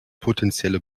potenzielle